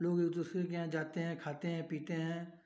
लोग एक दूसरे के यहाँ जाते हैं खाते हैं पीते हैं